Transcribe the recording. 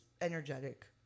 energetic